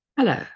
Hello